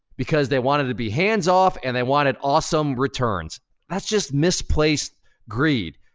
because they wanted to be hands off and they wanted awesome returns. that's just misplaced greed.